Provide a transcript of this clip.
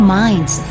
minds